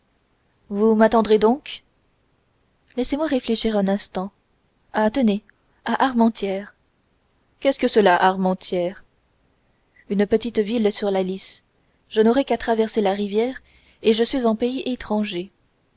vous m'attendrez donc laissez-moi réfléchir un instant eh tenez à armentières qu'est-ce que cela armentières une petite ville sur la lys je n'aurai qu'à traverser la rivière et je suis en pays étranger